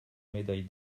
médaille